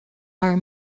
are